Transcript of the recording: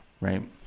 Right